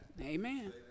Amen